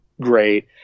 great